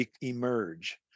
emerge